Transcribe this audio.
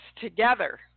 together